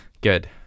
Good